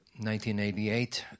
1988